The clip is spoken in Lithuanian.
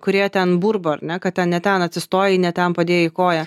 kurie ten burba ar ne kad ten ne ten atsistojai ne ten padėjai koją